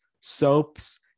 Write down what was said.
soaps